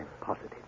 positive